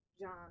john